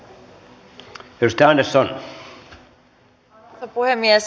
arvoisa puhemies